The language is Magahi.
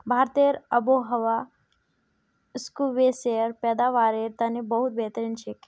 भारतेर आबोहवा स्क्वैशेर पैदावारेर तने बहुत बेहतरीन छेक